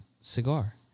cigar